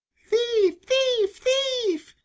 thief, thief, thief!